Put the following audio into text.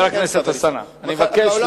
אין צו הריסה, חבר הכנסת אלסאנע, אני מבקש לסיים.